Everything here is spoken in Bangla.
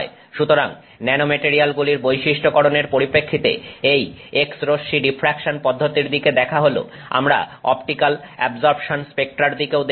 সুতরাং ন্যানোমেটারিয়ালগুলির বৈশিষ্ট্যকরণের পরিপ্রেক্ষিতে এই X রশ্মি ডিফ্রাকশন পদ্ধতির দিকে দেখা হল আমরা অপটিক্যাল অ্যাবজর্পশন স্পেক্ট্রার দিকেও দেখব